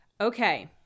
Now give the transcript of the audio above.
okay